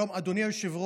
שלום, אדוני היושב-ראש.